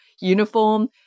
uniform